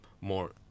more